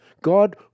God